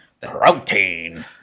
Protein